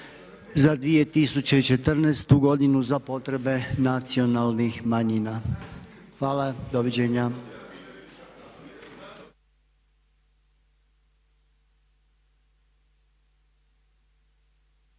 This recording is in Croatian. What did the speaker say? za 2014. godinu za potrebe nacionalnih manjina. Hvala. Doviđenja.